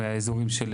מאזורים של